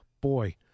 Boy